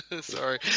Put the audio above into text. Sorry